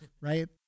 Right